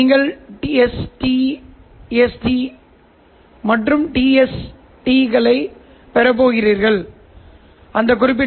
நீங்கள் ஹீட்டோரோடைன் பெறுதல்களைப் பற்றி பேசினால் நீங்கள் ஒரு மின் பி